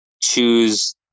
choose